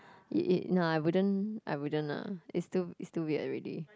I wouldn't I wouldn't lah it's too it's too weird already